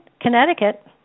Connecticut